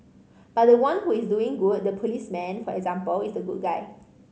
but the one who is doing good the policeman for example is the good guy